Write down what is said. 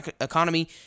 economy